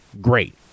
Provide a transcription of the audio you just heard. great